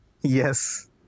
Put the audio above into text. Yes